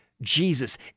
Jesus